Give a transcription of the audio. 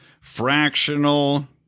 fractional